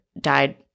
died